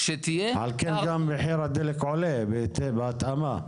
על כן גם מחיר הדלק עולה, בהתאמה.